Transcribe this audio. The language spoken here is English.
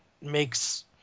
makes –